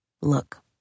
Look